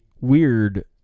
weird